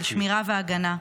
של שמירה והגנה,